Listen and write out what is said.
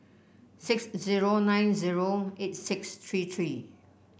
six zero nine zero eight six three three